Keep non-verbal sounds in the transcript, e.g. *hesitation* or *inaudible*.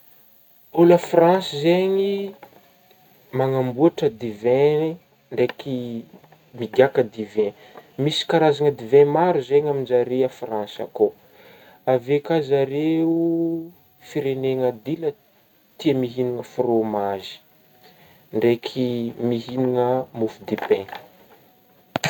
Olo a France zegny manamboatra dy vin ndraiky migaka dy vin, misy karazagna dy vin maro zegny amin'zare a France akao, avy eo ka zare *hesitation* firegnena dy la tia mihinagna frômazy ndraiky mihinagna mofo dipain.